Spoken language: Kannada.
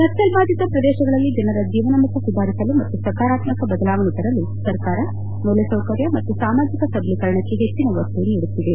ನಕ್ಲಲ್ ಬಾಧಿತ ಶ್ರದೇಶಗಳಲ್ಲಿ ಜನರ ಜೀವನಮಟ್ಟ ಸುಧಾರಿಸಲು ಮತ್ತು ಸಕರಾತ್ತಕ ಬದಲಾವಣೆ ತರಲು ಸರ್ಕಾರ ಮೂಲಸೌಕರ್ಯ ಮತ್ತು ಸಾಮಾಜಿಕ ಸಬಲೀಕರಣಕ್ಕೆ ಹೆಚ್ಚಿನ ಒತ್ತು ನೀಡುತ್ತಿದೆ